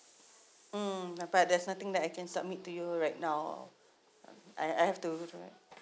mm my part there's nothing that I can submit to you right now I I have to